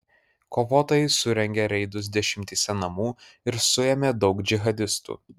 kovotojai surengė reidus dešimtyse namų ir suėmė daug džihadistų